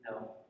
No